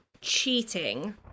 cheating